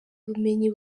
ubumenyi